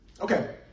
Okay